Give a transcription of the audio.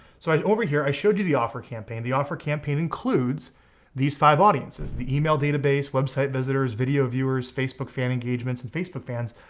so like over here i showed you the offer campaign. the offer campaign includes these five audiences, the email database, website visitors, video viewers, facebook fan engagement, and facebook fans,